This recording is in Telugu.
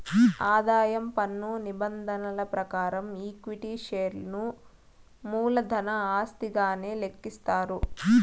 ఆదాయం పన్ను నిబంధనల ప్రకారం ఈక్విటీ షేర్లను మూలధన ఆస్తిగానే లెక్కిస్తారు